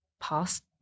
past